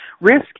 Risk